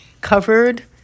covered